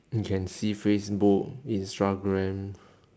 you can see facebook instagram